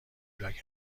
وبلاگ